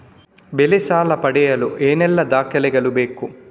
ಬೆಳೆ ಸಾಲ ಪಡೆಯಲು ಏನೆಲ್ಲಾ ದಾಖಲೆಗಳು ಬೇಕು?